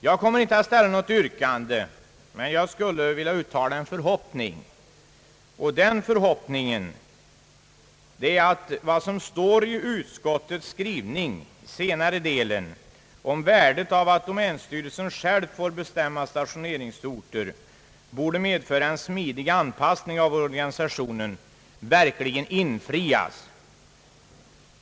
Jag kommer inte att ställa något yrkande men vill uttala en förhoppning, nämligen att vad som står i utskottets skrivning, senare delen, om värdet av att domänstyrelsen själv får bestämma stationeringsorter, vilket borde medföra en smidig anpassning av organisationen, verkligen infrias.